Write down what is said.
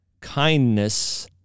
kindness